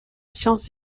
sciences